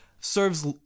serves